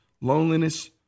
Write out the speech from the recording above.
loneliness